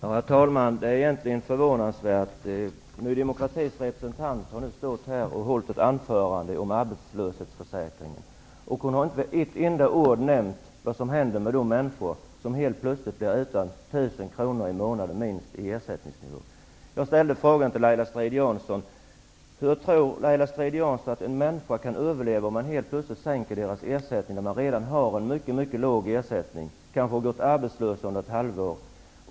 Herr talman! Det är egentligen förvånansvärt att Ny demokratis representant nu har hållit ett anförande här om arbetslöshetsförsäkringen. Hon har inte med ett enda ord nämnt vad som händer med de människor som helt plötsligt blir utan en ersättning på minst 1 000 kronor i månaden. Jag ställde frågan till Laila Strid-Jansson om hur hon tror att människor upplever situationen när deras ersättning helt plötsligt sänks, när man redan har en mycket låg ersättning och kanske har gått arbetslös under ett halvår.